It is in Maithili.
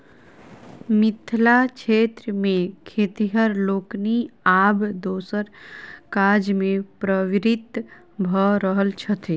मिथिला क्षेत्र मे खेतिहर लोकनि आब दोसर काजमे प्रवृत्त भ रहल छथि